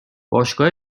باشگاه